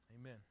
Amen